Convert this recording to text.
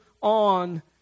on